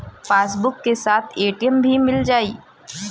Passbook के साथ ATM भी मील जाई?